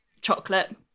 chocolate